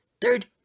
Third